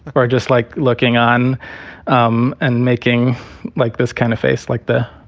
or just like looking on um and making like this kind of face like the